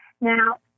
Now